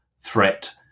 threat